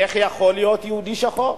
איך יכול להיות יהודי שחור?